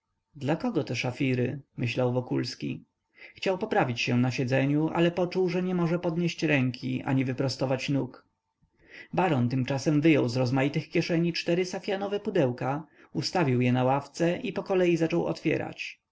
kogo te szafiry myślał wokulski chciał poprawić się na siedzeniu ale poczuł że nie może podnieść ręki ani wyprostować nóg baron tymczasem wyjął z rozmaitych kieszeni cztery safianowe pudełka ustawił je na ławce i pokolei zaczął otwierać